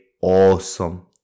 awesome